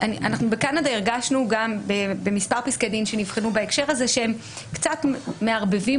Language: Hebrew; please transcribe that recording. בקנדה הרגשנו במספר פסקי דין שנבחנו בהקשר הזה שהם קצת מערבבים